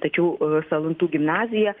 tačiau salantų gimnazija